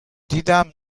دیدم